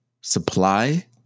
supply